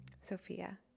Sophia